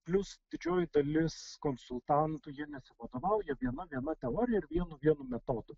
plius didžioji dalis konsultantų jie nesivadovauja viena viena teorija ir vienu vienu metodu